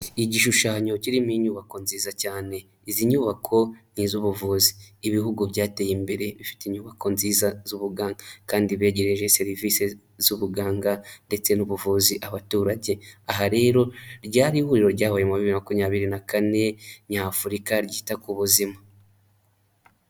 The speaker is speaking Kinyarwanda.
Igishushanyo kirimo inyubako nziza cyane. Izi nyubako ni iz'ubuvuzi. Ibihugu byateye imbere bifite inyubako nziza z'ubuganda, kandi begereje serivisi z'ubuganga ndetse n'ubuvuzi abaturage. Aha rero ryari ihuriro ryahuye mu wa bibiri na makumyabiri na kane nyafurika ryita ku buzima.